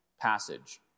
passage